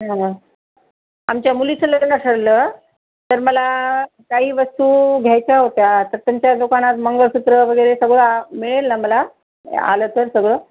हां आमच्या मुलीचं लग्न ठरलं तर मला काही वस्तू घ्यायच्या होत्या तर तुमच्या दुकानात मंगळसूत्रं वगैरे सगळं आ मिळेल ना मला आलं तर सगळं